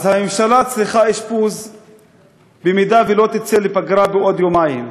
הממשלה צריכה אשפוז אם היא לא תצא לפגרה בעוד יומיים.